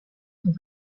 sont